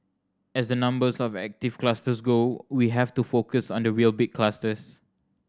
as the numbers of active clusters go we have to focus on the real big clusters